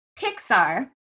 Pixar